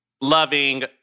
loving